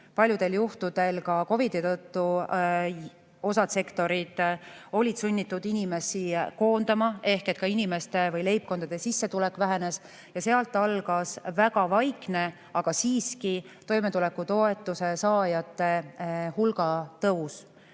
paljudel juhtudel ka COVID‑i tõttu osa sektoreid oli sunnitud inimesi koondama. Ehk ka inimeste või leibkondade sissetulek vähenes. Sealt algas väga vaikne, aga siiski, toimetulekutoetuse saajate hulga tõus.